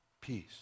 peace